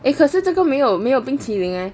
eh 可是这个没有没有冰淇淋 eh